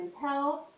health